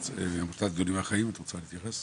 עמותת גדולים מהחיים את רוצה להתייחס?